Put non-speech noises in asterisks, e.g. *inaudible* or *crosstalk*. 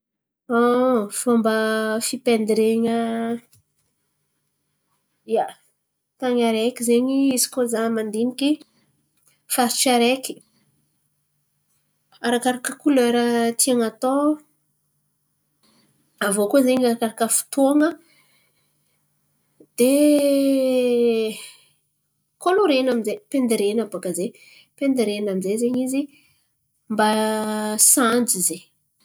*hesitation* Fômba fipaindiren̈a, ia, tan̈y araiky zen̈y izy koa za mandiniky, faritry araiky arakaraka kolera tian̈a atao. Aviô koa zen̈y arakaraka fotoan̈a. De kôlôrena amy zay paindirena bàka zen̈y. Paindirena aminjay zen̈y izy mba sanjy zen̈y.